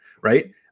Right